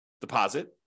deposit